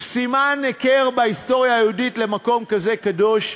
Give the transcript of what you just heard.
סימן הכר בהיסטוריה היהודית למקום כזה קדוש,